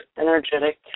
energetic